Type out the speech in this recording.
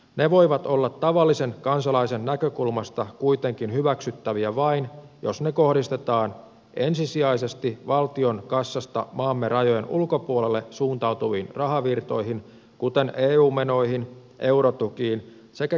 ne voivat olla tavallisen kansalaisen näkökulmasta kuitenkin hyväksyttäviä vain jos ne kohdistetaan ensisijaisesti valtion kassasta maamme rajojen ulkopuolelle suuntautuviin rahavirtoihin kuten eu menoihin eurotukiin sekä kehitysapuun